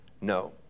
no